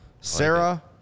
Sarah